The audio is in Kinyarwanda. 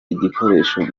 igikoresho